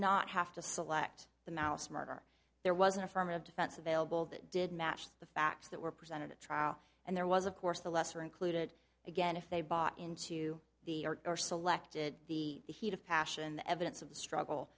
not have to select the mouse murder there was an affirmative defense available that did match the facts that were presented at trial and there was of course the lesser included again if they bought into the or selected the heat of passion the evidence of the